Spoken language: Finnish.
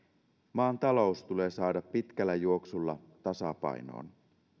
maan talous tulee saada pitkällä juoksulla tasapainoon